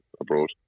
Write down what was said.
abroad